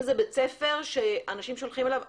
אם זה בית ספר שאנשים שולחים אליו ילדים.